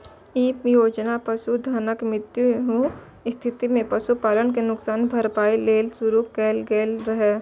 ई योजना पशुधनक मृत्युक स्थिति मे पशुपालक कें नुकसानक भरपाइ लेल शुरू कैल गेल रहै